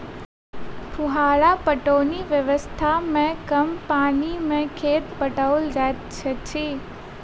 फुहार पटौनी व्यवस्था मे कम पानि मे खेत पटाओल जाइत अछि